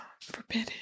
Forbidden